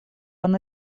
она